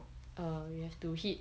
err we have to hit